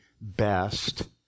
best